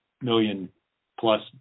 million-plus